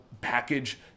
package